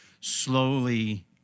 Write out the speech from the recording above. slowly